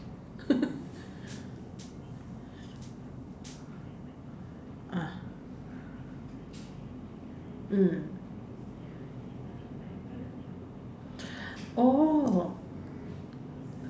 ah mm oh